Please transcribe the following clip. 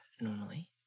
normally